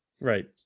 Right